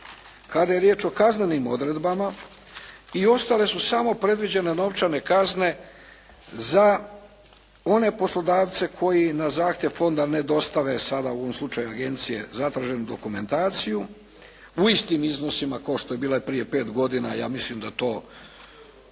kada je riječ o kaznenim odredbama i ostale su samo predviđene novčane kazne za one poslodavce koji na zahtjev fonda ne dostave sada u ovom slučaju agencije zatraženu dokumentaciju u istim iznosima kao što je bila i prije pet godina. Ja mislim da to